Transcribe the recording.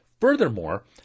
Furthermore